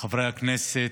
חברי הכנסת,